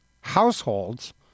households